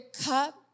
cup